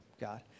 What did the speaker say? God